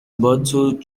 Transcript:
bolted